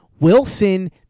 Wilson